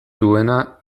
duena